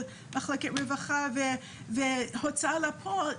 והוצאה לפועל.